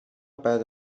بعد